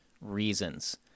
reasons